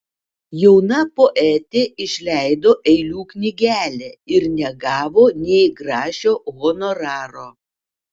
jauna poetė išleido eilių knygelę ir negavo nė grašio honoraro